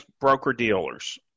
broker-dealers